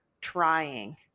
trying